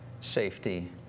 safety